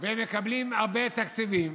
והם מקבלים הרבה תקציבים,